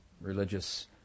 religious